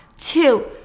two